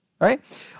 Right